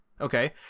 okay